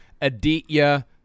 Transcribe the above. Aditya